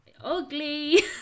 Ugly